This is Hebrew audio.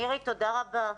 מירי תודה רבה.